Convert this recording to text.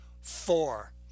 Four